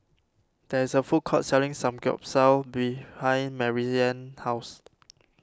there is a food court selling Samgyeopsal behind Maryann's house